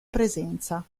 presenza